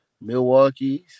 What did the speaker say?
Milwaukee's